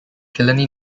killarney